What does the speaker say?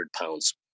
pounds